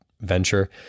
venture